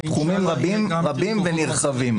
תחומים רבים ונרחבים.